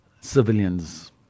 civilians